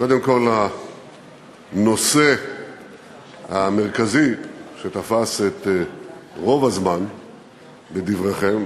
קודם כול לנושא המרכזי שתפס את רוב הזמן בדבריכם,